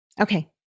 Okay